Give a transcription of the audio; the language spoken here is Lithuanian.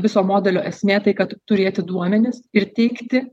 viso modelio esmė tai kad turėti duomenis ir teikti